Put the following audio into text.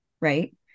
right